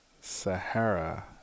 Sahara